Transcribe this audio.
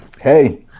hey